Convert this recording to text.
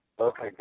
Okay